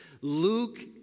Luke